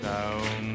Down